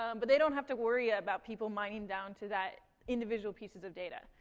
um but they don't have to worry about people mining down to that individual pieces of data.